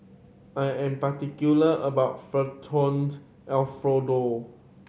I am particular about Alfredo